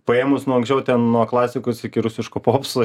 paėmus nuo aknsčiau ten nuo klasikos iki rusiško popso